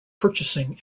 purchasing